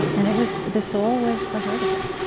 and it was the soul was the heart of it.